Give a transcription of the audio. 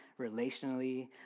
relationally